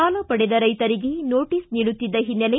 ಸಾಲ ಪಡೆದ ರೈತರಿಗೆ ನೋಟಿಸ್ ನೀಡುತ್ತಿದ್ದ ಹಿನ್ನೆಲೆ